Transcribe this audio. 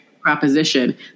proposition